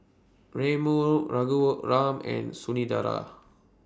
Renu Raghuram and Sundaraiah